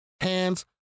hands